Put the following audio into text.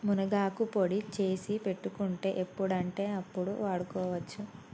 మునగాకు పొడి చేసి పెట్టుకుంటే ఎప్పుడంటే అప్పడు వాడుకోవచ్చు